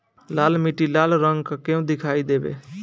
लाल मीट्टी लाल रंग का क्यो दीखाई देबे?